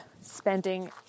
spending